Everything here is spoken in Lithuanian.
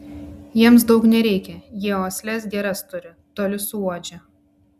jiems daug nereikia jie uosles geras turi toli suuodžia